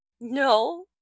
No